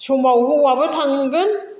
समाव हौवाबो थांगोन